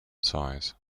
size